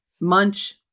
munch